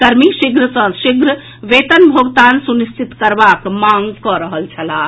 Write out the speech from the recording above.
कर्मी शीघ्र सॅ शीघ्र वेतन भोगतान सुनिश्चित करबाक मांग कऽ रहल छलाह